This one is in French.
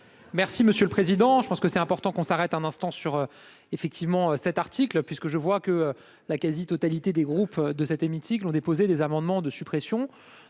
Merci monsieur le président je pense que c'est important qu'on s'arrête un instant sur effectivement cet article puisque je vois que la quasi- totalité des groupes de cet hémicycle ont déposé des amendements de suppression,